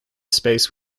space